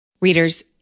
Readers